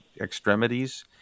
extremities